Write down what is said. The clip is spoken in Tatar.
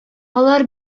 алар